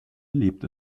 lebt